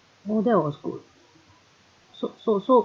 oh there was good so so so